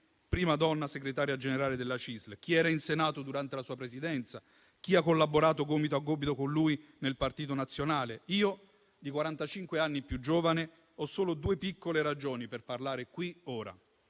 prima donna segretaria generale della CISL, chi era in Senato durante la sua Presidenza, chi ha collaborato gomito a gomito con lui nel Partito Nazionale. Io, di quarantacinque anni più giovane, ho solo due piccole ragioni per parlare qui ora.